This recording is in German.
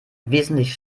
wesentlich